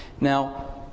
Now